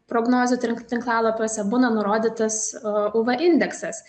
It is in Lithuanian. prognozių tink tinklalapiuose būna nurodytas uv indeksas